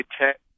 tech